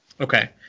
Okay